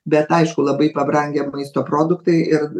bet aišku labai pabrangę maisto produktai ir